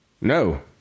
No